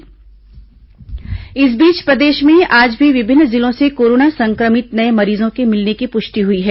corona मरीज इस बीच प्रदेश में आज भी विभिन्न जिलों से कोरोना संक्रमित नये मरीजों के मिलने की पुष्टि हुई है